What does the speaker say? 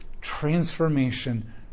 transformation